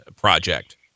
project